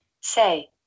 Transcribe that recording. say